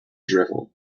drivel